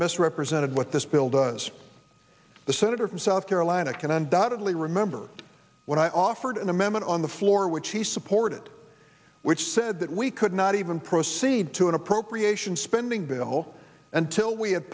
misrepresented what this bill does the senator from south carolina can undoubtedly remember when i offered an amendment on the floor which he supported which said that we could not even proceed to an appropriation spending bill until